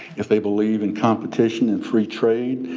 if they believe in competition and free trade,